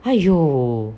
!aiyo!